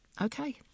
okay